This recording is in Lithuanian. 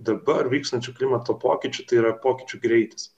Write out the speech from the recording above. dabar vykstančių klimato pokyčių tai yra pokyčių greitis